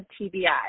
TBI